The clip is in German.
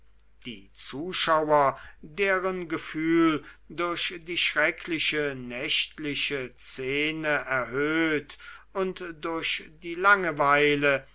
die zuschauer deren gefühl durch die schreckliche nächtliche szene erhöht und durch die langeweile